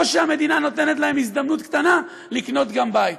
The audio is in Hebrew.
או שהמדינה נותנת להם הזדמנות קטנה לקנות גם בית?